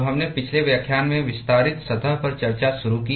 तो हमने पिछले व्याख्यान में विस्तारित सतह पर चर्चा शुरू की